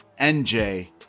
NJ